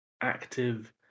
active